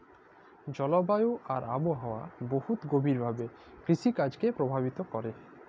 জলবায়ু আর আবহাওয়া বহুত গভীর ভাবে কিরসিকাজকে পরভাবিত ক্যরে